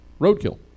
roadkill